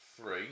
three